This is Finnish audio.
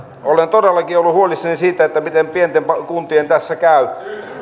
olen todellakin ollut huolissani siitä miten pienten kuntien tässä käy